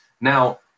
Now